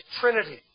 Trinity